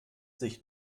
sich